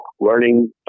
learning